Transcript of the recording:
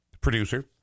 producer